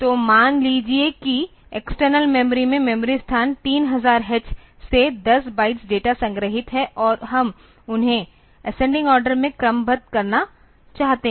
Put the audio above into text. तो मान लीजिए कि एक्सटर्नल मेमोरी में मेमोरी स्थान 3000 h से 10 बाइट्स डेटा संग्रहीत हैं और हम उन्हें असेंडिंग आर्डर में क्रमबद्ध करना चाहते हैं